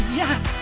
yes